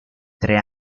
tre